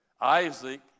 Isaac